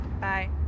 Bye